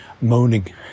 moaning